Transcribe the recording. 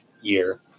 year